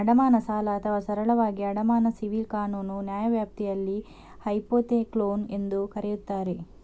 ಅಡಮಾನ ಸಾಲ ಅಥವಾ ಸರಳವಾಗಿ ಅಡಮಾನ ಸಿವಿಲ್ ಕಾನೂನು ನ್ಯಾಯವ್ಯಾಪ್ತಿಯಲ್ಲಿ ಹೈಪೋಥೆಕ್ಲೋನ್ ಎಂದೂ ಕರೆಯುತ್ತಾರೆ